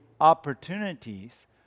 opportunities